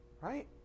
Right